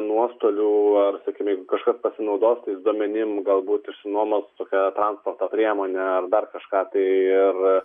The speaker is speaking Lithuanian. nuostolių ar sakykim jeigu kažkas pasinaudos tai duomenim galbūt išsinuomos tokią transporto priemonę ar dar kažką tai ir